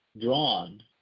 drawn